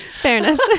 fairness